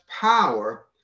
power